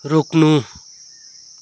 रोक्नु